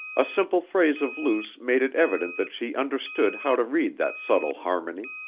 a simple phrase of luce made it evident that she understood how to read that subtle harmony.